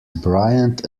bryant